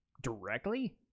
directly